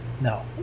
no